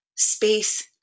Space